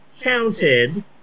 counted